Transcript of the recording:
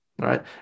right